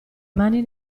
mani